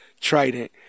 Trident